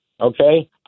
Okay